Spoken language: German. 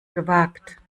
gewagt